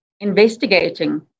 investigating